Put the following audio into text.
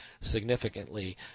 significantly